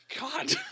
God